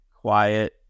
quiet